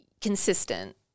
consistent